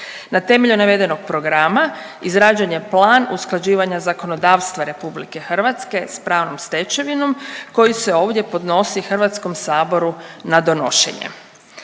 Na temelju navedenog programa izrađen je plan usklađivanja zakonodavstva RH s pravnom stečevinom koji se ovdje podnosi Hrvatskom saboru na donošenje.